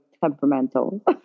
temperamental